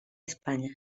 españa